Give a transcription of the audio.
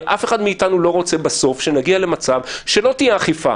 הרי אף אחד מאיתנו לא רוצה שנגיע למצב שבו לא תהיה אכיפה.